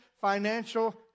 financial